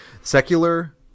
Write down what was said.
secular